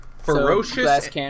Ferocious